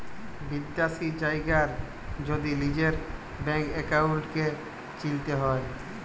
বিদ্যাশি জায়গার যদি লিজের ব্যাংক একাউল্টকে চিলতে হ্যয়